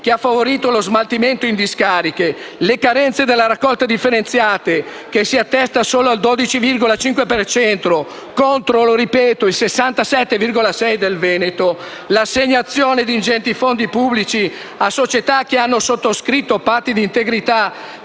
che ha favorito lo smaltimento in discariche; le carenze della raccolta differenziata, che si attesta al solo 12,5 per cento, contro - lo ripeto - il 67,6 per cento del Veneto; l'assegnazione di ingenti fondi pubblici a società che hanno sottoscritto patti di integrità